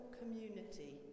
community